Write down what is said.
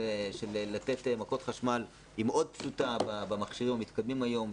לתת מכות חשמל היא מאוד פשוטה במכשירים המתקדמים היום,